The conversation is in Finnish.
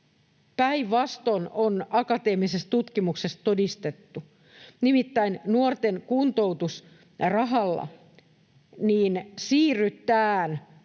Päinvastoin akateemisessa tutkimuksessa on todistettu, että nuorten kuntoutusrahalla siirrytään